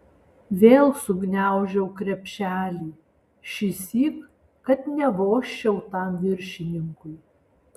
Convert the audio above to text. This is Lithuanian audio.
vėl sugniaužiau krepšelį šįsyk kad nevožčiau tam viršininkui